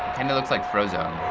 and looks like frozone.